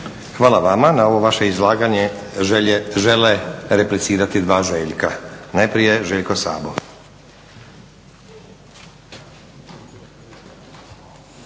Hvala vama. Na ovo vaše izlaganje žele replicirati dva Željka. Najprije Željko Sabo.